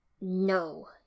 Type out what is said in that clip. No